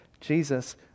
Jesus